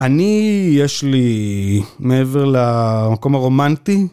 אני... יש לי... מעבר למקום הרומנטי.